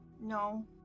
No